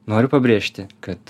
noriu pabrėžti kad